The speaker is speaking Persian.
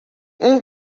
اون